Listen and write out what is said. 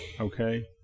Okay